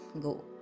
go